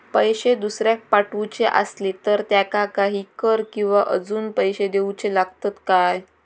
पैशे दुसऱ्याक पाठवूचे आसले तर त्याका काही कर किवा अजून पैशे देऊचे लागतत काय?